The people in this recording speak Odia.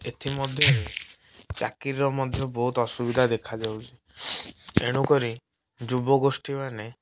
ଏଥିମଧ୍ୟରେ ଚାକିରିର ମଧ୍ୟ ବହୁତ ଅସୁବିଧା ଦେଖାଯାଉଛି ତେଣୁକରି ଯୁବଗୋଷ୍ଠୀମାନେ